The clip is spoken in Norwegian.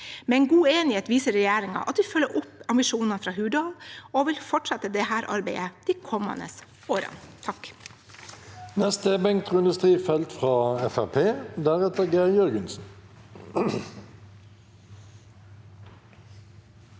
Med en god enighet viser regjeringen at vi følger opp ambisjonene fra Hurdal, og at vi vil fortsette dette arbeidet de kommende årene.